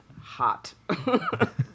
hot